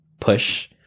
push